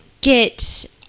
get